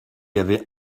avait